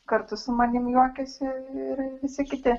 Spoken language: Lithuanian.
kartu su manimi juokiasi ir visi kiti